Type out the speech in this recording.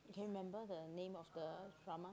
you can remember the name of the drama